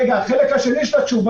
רגע, אני מגיע לחלק השני של התשובה.